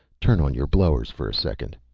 turn on your blowers for a second.